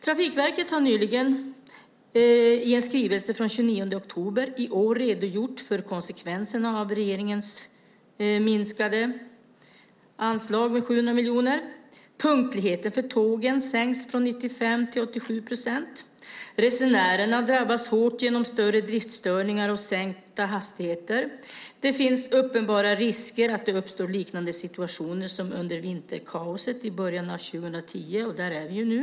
Trafikverket har nyligen i en skrivelse från den 29 oktober i år redogjort för konsekvenserna av regeringens minskade anslag med 700 miljoner. Punktligheten för tågen sänks från 95 till 87 procent. Resenärerna har drabbats hårt genom större driftsstörningar och sänkta hastigheter. Det finns uppenbara risker att det uppstår liknande situationer som under vinterkaoset i början av 2010 - och där är vi ju nu.